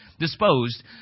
Disposed